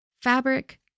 Fabric